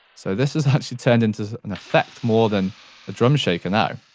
so this has actually turned into an effect more than a drum shaker now.